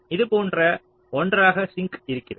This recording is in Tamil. இது போன்ற ஒன்றாக சிங்க் இருக்கிறது